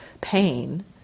pain